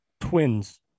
twins